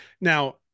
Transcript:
Now